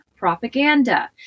propaganda